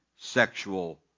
sexual